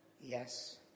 yes